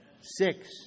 Six